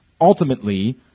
ultimately